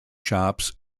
shops